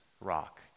rock